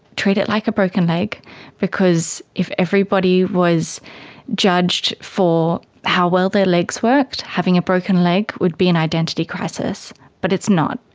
treat it like a broken leg because if everybody was judged for how well their legs worked, having a broken leg would be an identity crisis but it's not.